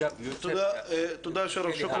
תודה שרף.